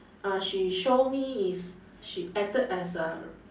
ah she show me is she acted as a